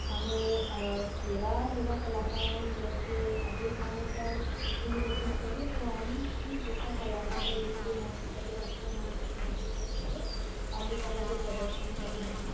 हाणे कहिड़ा अहिड़ा कलाकार आहिनि जंहिं खे अधिक मान्यता ॾेई वेंदी चाहे उहो आहिनि कि जेका कलाकार यू पी महोत्सव या लखनऊ महोत्सव में अची करे करे पंहिंजी कला जो प्रदर्शन करनि था